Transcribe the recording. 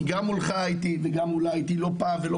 גם מולך הייתי וגם מולה הייתי לא פעם ולא